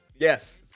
Yes